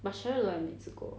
but cheryl don't like 美滋锅